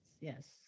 yes